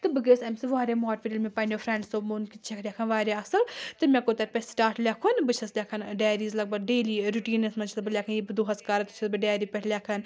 تہٕ بہٕ گٔیٚیَس اَمہِ سۭتۍ واریاہ ماٹِویٹ ییٚلہِ مےٚ پَننیٛو فرٛیٚنٛڈسو ووٚن کہِ ژٕ چھیٚکھ لیکھان واریاہ اصٕل تہٕ مےٚ کوٚر تَتہِ پٮ۪ٹھ سٹارٹ لیٚکھُن بہٕ چھیٚس لیکھان ٲں ڈایرِیٖز لَگ بھگ ڈیلی ٲں رُٹیٖنَس منٛز چھیٚس بہٕ لیکھان یہِ بہٕ دۄہَس کَرٕ تہِ چھیٚس بہٕ ڈایرِی پٮ۪ٹھ لیکھان